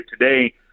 today